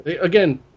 again